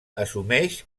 assumeix